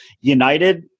United